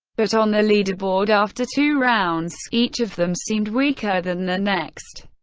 but on the leaderboard after two rounds, each of them seemed weaker than the next.